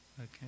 Okay